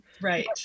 right